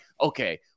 okay